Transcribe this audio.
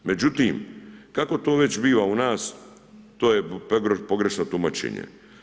Međutim, kako to već biva u nas to je pogrešno tumačenje.